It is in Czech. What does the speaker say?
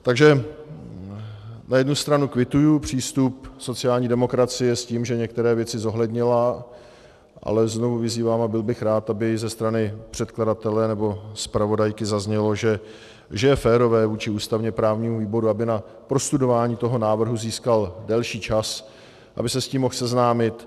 Takže na jednu stranu kvituji přístup sociální demokracie s tím, že některé věci zohlednila, ale znovu vyzývám a byl bych rád, aby ze strany předkladatele nebo zpravodajky zaznělo, že je férové vůči ústavněprávnímu výboru, aby na prostudování toho návrhu získal delší čas, aby se s tím mohl seznámit.